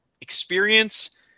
experience